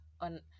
on